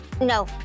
No